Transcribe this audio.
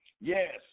Yes